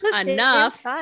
enough